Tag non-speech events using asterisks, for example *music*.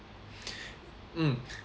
*breath* mm